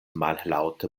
mallaŭte